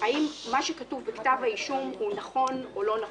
האם מה שכתוב בכתב האישום הוא נכון או לא נכון.